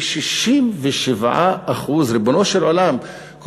וכ-67% ריבונו של עולם,